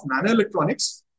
nanoelectronics